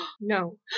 no